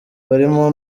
birimo